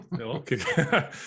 Okay